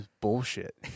bullshit